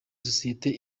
sosiyete